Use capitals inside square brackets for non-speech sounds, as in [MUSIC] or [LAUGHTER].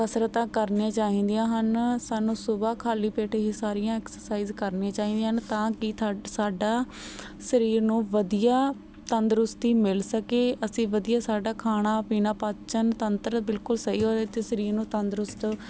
ਕਸਰਤਾਂ ਕਰਨੀਆਂ ਚਾਹੀਦੀਆਂ ਹਨ ਸਾਨੂੰ ਸੂਬਹਾ ਖਾਲੀ ਪੇਟ ਇਹ ਸਾਰੀਆਂ ਐਕਸਰਸਾਈਜ਼ ਕਰਨੀਆਂ ਚਾਹੀਦੀਆਂ ਹਨ ਤਾਂ ਕਿ ਥਾ ਸਾਡੇ ਸਰੀਰ ਨੂੰ ਵਧੀਆ ਤੰਦਰੁਸਤੀ ਮਿਲ ਸਕੇ ਅਸੀਂ ਵਧੀਆ ਸਾਡਾ ਖਾਣਾ ਪੀਣਾ ਪਾਚਨ ਤੰਤਰ ਬਿਲਕੁਲ ਸਹੀ ਹੋ [UNINTELLIGIBLE] ਅਤੇ ਸਰੀਰ ਨੂੰ ਤੰਦਰੁਸਤ